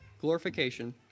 glorification